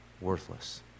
worthless